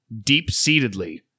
deep-seatedly